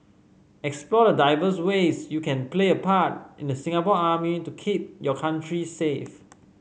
explore the diverse ways you can play a part in the Singapore Army to keep your country safe